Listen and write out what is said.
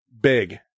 big